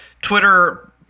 Twitter